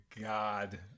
God